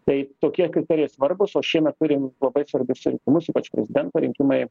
tai tokie kriterijai svarbūs o šiemet turim labai svarbius rinkimus ypač prezidento rinkimai